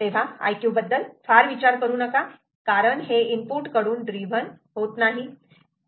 तेव्हा Iq बद्दल फार विचार करू नका कारण हे इनपुट कडून ड्रीव्हन होत नाही